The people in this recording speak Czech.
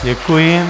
Děkuji.